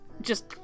Just-